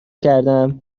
کردم